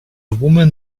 woman